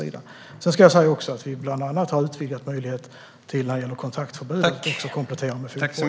Vi har dessutom en utvidgad möjlighet vid kontaktförbud genom att man också kan komplettera med fotboja.